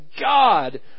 God